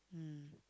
hmm